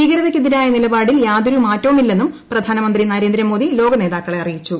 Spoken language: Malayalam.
ഭീകരതയ്ക്കെതിരായ നിലപാടിൽ യാതൊരു മാറ്റവുമില്ലെന്നും പ്രധാനമന്ത്രി നരേന്ദ്രമോദി ലോകനേതാക്കളെ അറിയിച്ചു